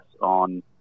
on